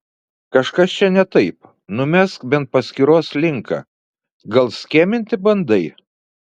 kažkas čia ne taip numesk bent paskyros linką gal skeminti bandai